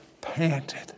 panted